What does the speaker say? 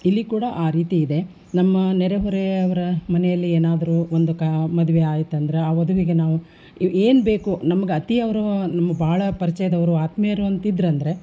ಇಲ್ಲಿ ಕೂಡ ಆ ರೀತಿ ಇದೆ ನಮ್ಮ ನೆರೆ ಹೊರೆಯವರ ಮನೆಯಲ್ಲಿ ಏನಾದರೂ ಒಂದು ಕ್ ಮದುವೆ ಆಯ್ತು ಅಂದ್ರೆ ಆ ವಧುವಿಗೆ ನಾವು ಏನು ಬೇಕೋ ನಮ್ಗೆ ಅತಿ ಅವ್ರು ನಮ್ಮ ಭಾಳ ಪರಿಚಯದವರು ಆತ್ಮೀಯರು ಅಂತಿದ್ರು ಅಂದ್ರೆ